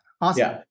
Awesome